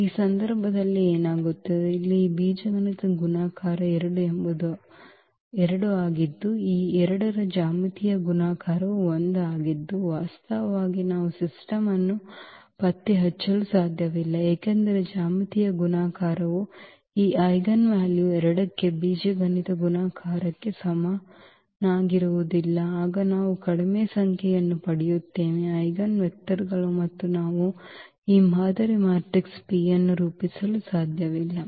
ಈ ಸಂದರ್ಭದಲ್ಲಿ ಏನಾಗುತ್ತದೆ ಇಲ್ಲಿ ಈ ಬೀಜಗಣಿತದ ಗುಣಾಕಾರ 2 ಎಂಬುದು 2 ಆಗಿದ್ದು ಈ 2 ರ ಜ್ಯಾಮಿತೀಯ ಗುಣಾಕಾರವು 1 ಆಗಿದ್ದು ವಾಸ್ತವವಾಗಿ ನಾವು ಸಿಸ್ಟಮ್ ಅನ್ನು ಪತ್ತೆಹಚ್ಚಲು ಸಾಧ್ಯವಿಲ್ಲ ಏಕೆಂದರೆ ಜ್ಯಾಮಿತೀಯ ಗುಣಾಕಾರವು ಈ ಐಜೆನ್ವಾಲ್ಯೂ 2 ಕ್ಕೆ ಬೀಜಗಣಿತ ಗುಣಾಕಾರಕ್ಕೆ ಸಮನಾಗಿರುವುದಿಲ್ಲ ಆಗ ನಾವು ಕಡಿಮೆ ಸಂಖ್ಯೆಯನ್ನು ಪಡೆಯುತ್ತೇವೆ ಐಜೆನ್ವೆಕ್ಟರ್ಗಳು ಮತ್ತು ನಾವು ಈ ಮಾದರಿ ಮ್ಯಾಟ್ರಿಕ್ಸ್ P ಅನ್ನು ರೂಪಿಸಲು ಸಾಧ್ಯವಿಲ್ಲ